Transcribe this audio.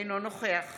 אינו נוכח